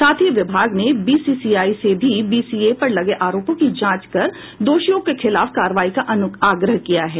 साथ ही विभाग ने बीसीसीआई से भी बीसीए पर लगे आरोपों की जांच कर दोषियों के खिलाफ कार्रवाई का आग्रह किया है